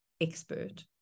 expert